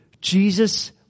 Jesus